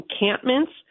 encampments